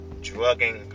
drugging